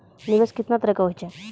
निवेश केतना तरह के होय छै?